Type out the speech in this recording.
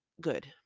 good